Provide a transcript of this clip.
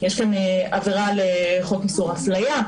יש כאן עבירה על חוק איסור אפליה,